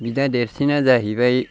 बिदा देरसिना जाहैबाय